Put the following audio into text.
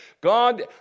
God